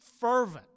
fervent